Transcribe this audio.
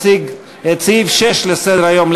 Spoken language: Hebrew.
שיציג את סעיף 6 לסדר-היום,